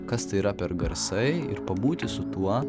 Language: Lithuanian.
kas tai yra per garsai ir pabūti su tuo